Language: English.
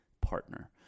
partner